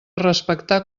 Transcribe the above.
respectar